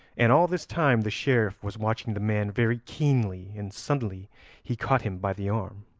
and all this time the sheriff was watching the man very keenly, and suddenly he caught him by the arm.